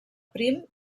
prim